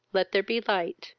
let there be light,